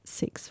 six